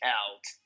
out